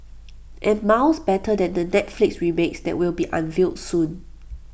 and miles better than the Netflix remake that will be unveiled soon